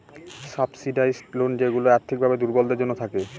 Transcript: subsidised loan যেইগুলা আর্থিক ভাবে দুর্বলদের জন্য থাকে